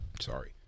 Sorry